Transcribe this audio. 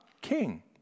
king